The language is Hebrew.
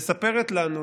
מספרת לנו